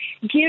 give